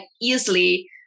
easily